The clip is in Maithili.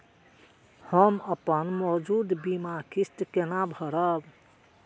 हम अपन मौजूद बीमा किस्त केना भरब?